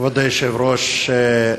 כבוד היושב-ראש,